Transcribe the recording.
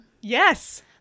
Yes